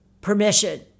permission